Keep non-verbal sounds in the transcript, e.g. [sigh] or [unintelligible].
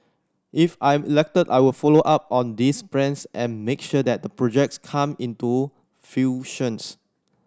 if I'm elected I will follow up on these plans and make sure that the projects come into fruition [unintelligible]